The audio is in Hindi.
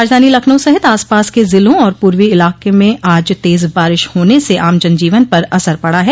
राजधानी लखनऊ सहित आसपास के ज़िलों और पूर्वी इलाके में आज तेज बारिश होने से आम जनजीवन पर असर पड़ा है